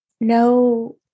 no